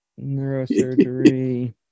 Neurosurgery